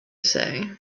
say